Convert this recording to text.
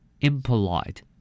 impolite